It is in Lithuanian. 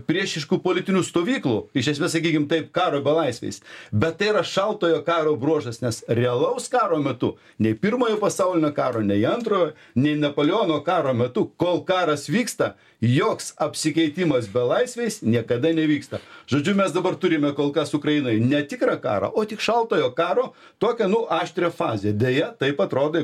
priešiškų politinių stovyklų iš esmės sakykim taip karo belaisviais bet tai yra šaltojo karo bruožas nes realaus karo metu nei pirmojo pasaulinio karo nei antrojo nei napoleono karo metu kol karas vyksta joks apsikeitimas belaisviais niekada nevyksta žodžiu mes dabar turime kol kas ukrainoje ne tikrą karą o tik šaltojo karo tokią nu aštrią fazę deja taip atrodo